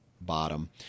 bottom